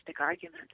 argument